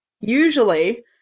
Usually